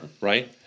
Right